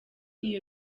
iyo